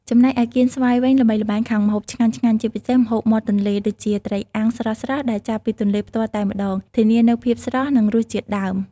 ចំណែកឯកៀនស្វាយវិញ ល្បីល្បាញខាងម្ហូបឆ្ងាញ់ៗជាពិសេសម្ហូបមាត់ទន្លេ ដូចជា ត្រីអាំង ស្រស់ៗដែលចាប់ពីទន្លេផ្ទាល់តែម្ដង ធានានូវភាពស្រស់និងរសជាតិដើម។